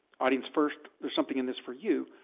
audience first, there's something in this for you.